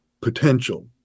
potential